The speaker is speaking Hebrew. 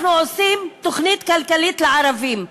אנחנו עושים תוכנית כלכלית לערבים.